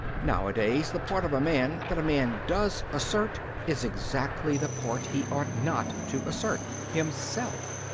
nowadays the part of a man that a man does assert is exactly the part he ought not to assert himself.